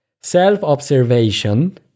Self-observation